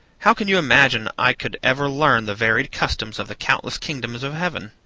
how can you imagine i could ever learn the varied customs of the countless kingdoms of heaven?